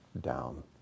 down